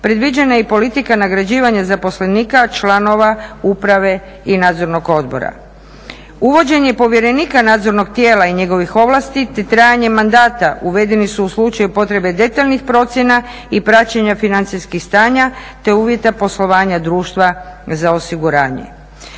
predviđena je i politika nagrađivanja zaposlenika članova uprave i nadzornog odbora. Uvođenje povjerenika nadzornog tijela i njegovih ovlasti te trajanje mandata uvedeni su u slučaju potrebe detaljnih procjena i praćenja financijskih stanja te uvjeta poslovanja društva za osiguranje.